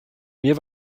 mir